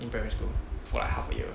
in primary school for like half a year